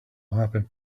happen